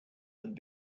had